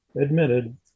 admitted